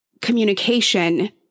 communication